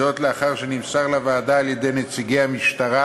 זאת לאחר שנמסר לוועדה על-ידי נציגי המשטרה